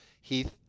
Heath